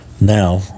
Now